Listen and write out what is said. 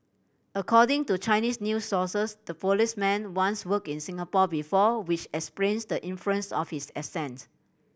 according to Chinese news sources the policeman once worked in Singapore before which explains the influence of his accent